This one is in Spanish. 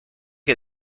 que